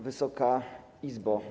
Wysoka Izbo!